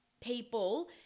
people